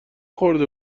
خورده